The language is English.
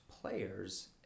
players